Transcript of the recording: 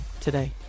today